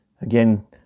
Again